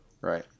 right